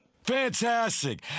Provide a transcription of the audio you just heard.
Fantastic